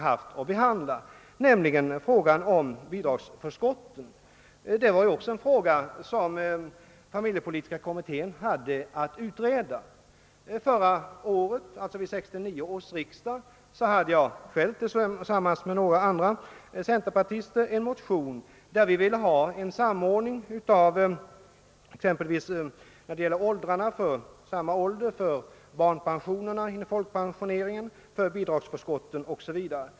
Vi har emellertid vid behandlingen av denna fråga funnit att fru Odhnoff själv har ryckt loss ett avsnitt ur familjepolitiska kommitténs arbetsområde, nämligen det som gäller bidragsförskotten. Vid 1969 års riksdag väckte jag tillsammans med några andra centerpartister en motion syftande till en samordning av bl.a. åldersgränserna för folkpensionssystemets barnpensioner, av bidragsförskotten m.m.